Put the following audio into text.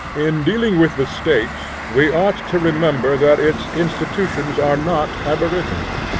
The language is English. in dealing with the state we ought to remember that its institution are not aboriginal,